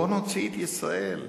בוא נוציא את ישראל מזה.